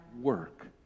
work